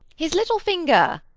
his little finger.